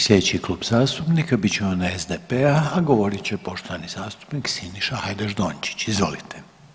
Slijedeći Klub zastupnika bit će onaj SDP-a, a govorit će poštovani zastupnik Siniša Hajdaš Dončić, izvolite.